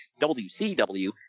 WCW